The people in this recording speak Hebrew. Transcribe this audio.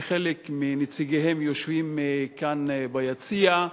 שחלק מנציגיהם יושבים כאן ביציע.